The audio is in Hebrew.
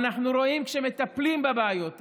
אנחנו רואים שכשמטפלים בבעיות האלה,